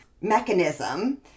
mechanism